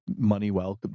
MoneyWell